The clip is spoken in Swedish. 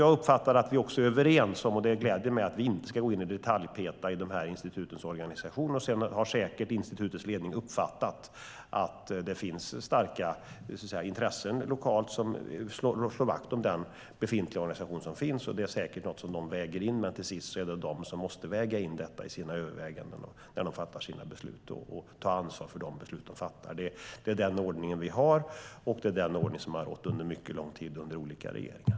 Jag uppfattar, och det gläder mig, att vi är överens om att inte gå in och detaljpeta i de här institutens organisation. Institutens ledning har säkert uppfattat att det finns starka lokala intressen som slår vakt om den befintliga organisationen. Det är säkert något som de väger in, men till sist är det de som måste väga in detta i sina överväganden när de fattar sina beslut och tar ansvar för de beslut de fattar. Det är den ordningen vi har, och det är den ordningen som har rått under mycket lång tid och under olika regeringar.